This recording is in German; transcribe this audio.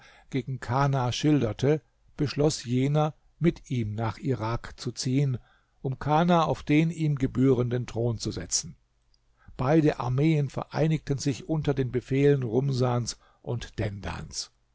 gegen kana schilderte beschloß jener mit ihm nach irak zu ziehen um kana auf den ihm gebührenden thron zu setzen beide armeen vereinigten sich unter den befehlen rumsans und